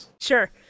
Sure